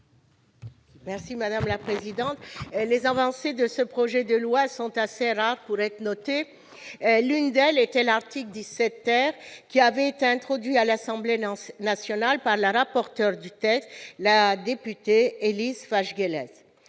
l'amendement n° 126. Les avancées de ce projet de loi sont assez rares pour être notées. L'une d'elles était l'article 17 , introduit à l'Assemblée nationale par la rapporteur du texte, la députée Élise Fajgeles.